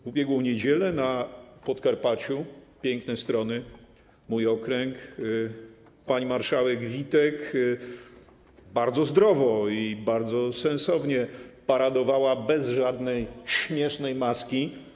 W ubiegłą niedzielę na Podkarpaciu - piękne strony, mój okręg - pani marszałek Witek, co bardzo zdrowe i bardzo sensowne, paradowała bez żadnej śmiesznej maski.